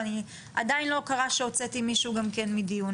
ועדיין לא קרה שהוצאתי מישהו מדיון,